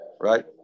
right